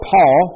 Paul